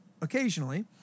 occasionally